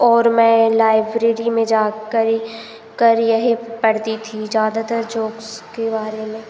और मैं लाइब्रेरी में जाकर कर यही पढ़ती थी ज़्यादातर जोक्स के बारे में